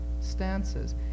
stances